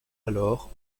alors